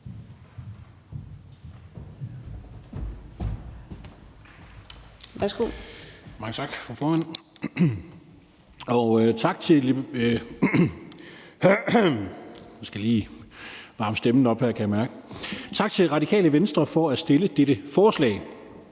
tak til Radikale Venstre for at fremsætte dette forslag.